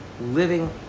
Living